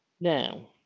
Now